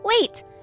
Wait